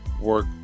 work